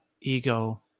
ego